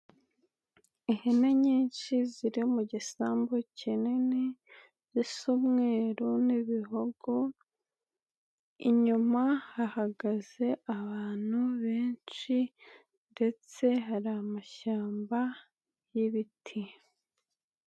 Ihene nyinshi ziri mu gisambu kinini zisa umweru n'ibihogo, inyuma hahagaze abantu benshi ndetse hari amashyamba y'ibiti.